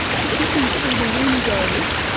just looking through the windows.